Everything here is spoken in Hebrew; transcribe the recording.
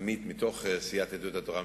עמית מתוך סיעת יהדות התורה,